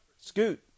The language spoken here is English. Scoot